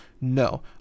no